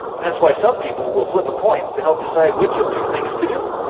and that's why some people will flip a coin to help decide which of two things to do.